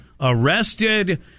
arrested